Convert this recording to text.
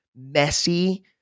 messy